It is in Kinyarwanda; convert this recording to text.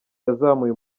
yazamuye